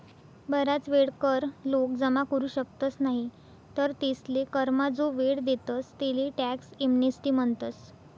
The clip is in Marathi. बराच वेळा कर लोक जमा करू शकतस नाही तर तेसले करमा जो वेळ देतस तेले टॅक्स एमनेस्टी म्हणतस